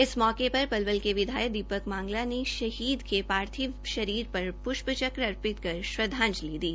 इस मौके पर पलवल के विधायक दीपक मांगला ने शहीद के पार्थिव शरीर पर पुश्प चर्क अर्पित कर श्रद्वांजलि दी